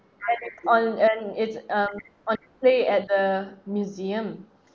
and it's on and it's um on display at the museum